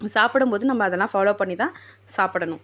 சாப்பிடம்போது நம்ம அதெல்லாம் ஃபாலோ பண்ணி தான் சாப்பிடணும்